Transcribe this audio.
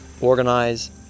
organize